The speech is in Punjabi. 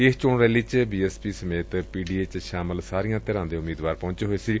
ਇਸ ਚੋਣ ਰੈਲੀ ਵਿਚ ਬੀ ਐਸ ਪੀ ਸਮੇਤ ਪੀ ਡੀ ਏ ਵਿਚ ਸ਼ਾਮਲ ਸਾਰੀਆਂ ਧਿਰਾਂ ਦੇ ਉਮੀਦਵਾਰ ਪਹੁੰਚੇ ਹੋਏ ਸਨ